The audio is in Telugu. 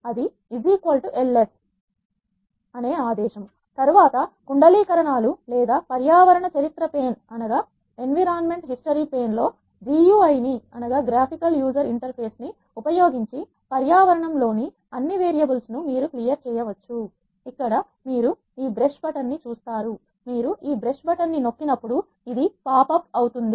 ls తరువాత కుండలీకరణాలు లేదా పర్యావరణ చరిత్ర పేన్ లో GUI ని ఉపయోగించి పర్యావరణంలోని అన్ని వేరియబుల్స్ ను మీరు క్లియర్ చేయవచ్చు ఇక్కడ మీరు ఈ బ్రష్ బటన్ ను చూస్తారు మీరు ఈ బ్రష్ బటన్ ను నొక్కినప్పుడు అది ది పాప్ అప్ అవుతుంది